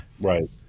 right